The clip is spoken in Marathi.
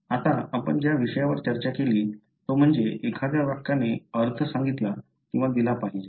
आता आपण ज्या विषयावर चर्चा केली तो म्हणजे एखादे वाक्यने अर्थ सांगितला किंवा दिला पाहिजे